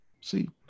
See